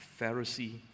Pharisee